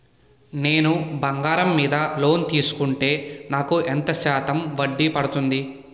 నేను బంగారం మీద లోన్ తీసుకుంటే నాకు ఎంత శాతం వడ్డీ పడుతుంది?